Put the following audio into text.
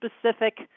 specific